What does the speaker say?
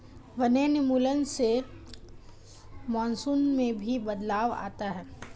वनोन्मूलन से मानसून में भी बदलाव आता है